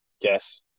yes